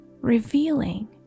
revealing